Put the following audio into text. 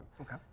Okay